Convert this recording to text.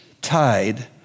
tied